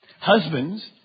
Husbands